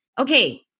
Okay